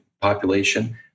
population